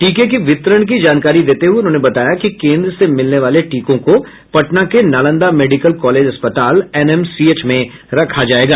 टीके के वितरण की जानकारी देते हुए उन्होंने बताया कि केन्द्र से मिलने वाले टीकों को पटना के नालंदा मेडिकल कॉलेज अस्पताल एनएमसीएच में रखा जाएगा